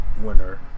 winner